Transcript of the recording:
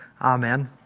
Amen